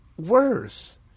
worse